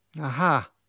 Aha